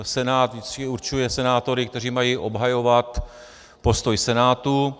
Senát vždycky určuje senátory, kteří mají obhajovat postoj Senátu.